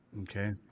okay